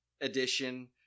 edition